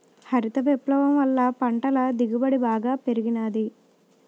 హరిత విప్లవం వల్ల పంటల దిగుబడి బాగా పెరిగినాది